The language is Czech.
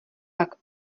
pak